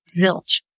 Zilch